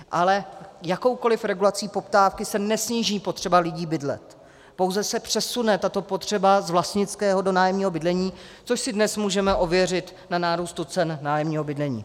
Ale jakoukoliv regulací poptávky se nesníží potřeba lidí bydlet, pouze se přesune tato potřeba z vlastnického do nájemního bydlení, což si dnes můžeme ověřit na nárůstu cen nájemního bydlení.